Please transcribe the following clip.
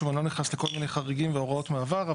כשאני לא נכנס לכל מיני חריגים והוראות מעבר.